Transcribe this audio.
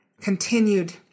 continued